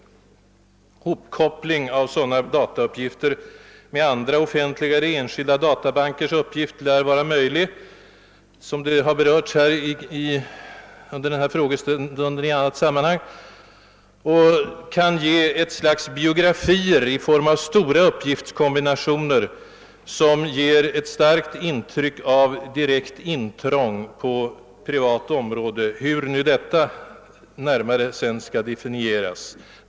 En hopkoppling av sådana datauppgifter medå andra offentliga eller enskilda databankers uppgifter lär vara möjlig — något som har berörts under denna frågestund i annat sammanhang. Därigenom kan man för enskilda personer få fram ett slags biografier i form av stora uppgiftskombinationer, som ger ett starkt intryck av ett direkt intrång på privatlivets område, hur nu detta närmare skall definieras.